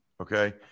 Okay